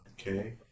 Okay